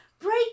Break